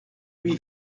lui